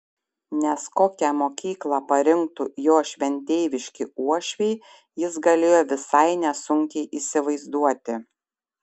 nes kokią mokyklą parinktų jo šventeiviški uošviai jis galėjo visai nesunkiai įsivaizduoti